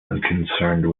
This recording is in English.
unconcerned